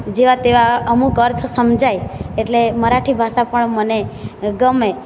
જેવા તેવા અમુક અર્થ સમજાય એટલે મરાઠી ભાષા પણ મને ગમે